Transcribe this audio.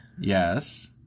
Yes